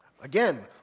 Again